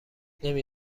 نمی